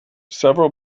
several